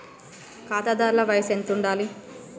ఖాతాదారుల వయసు ఎంతుండాలి?